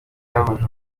yahuje